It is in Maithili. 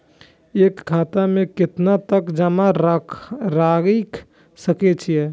एक खाता में केतना तक जमा राईख सके छिए?